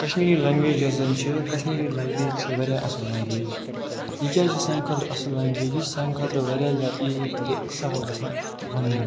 Kashmiri language یۄس زَن چھِ کشمیٖری لنٛگویج چھِ وارِیاہ اَصٕل لنٛگویج یہِ کیٛازِ چھِ سانہِ خٲطرٕ اصٕل لنٛگویج یہِ چھِ سانہِ خٲطرٕ وارِیاہ زیادٕ ایٖزی تہٕ بیٚیہِ سہل گَژھان وَنٕنۍ